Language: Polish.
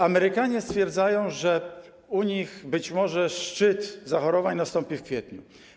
Amerykanie stwierdzają, że u nich być może szczyt zachorowań nastąpi w kwietniu.